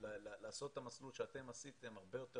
לעשות את המסלול שאתם עשיתם הרבה יותר